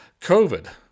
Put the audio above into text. COVID